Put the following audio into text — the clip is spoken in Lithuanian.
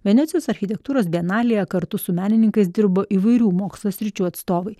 venecijos architektūros bienalėje kartu su menininkais dirbo įvairių mokslo sričių atstovai